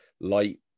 light